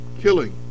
Killing